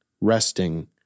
resting